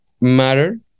matter